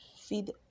feed